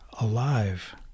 alive